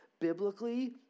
biblically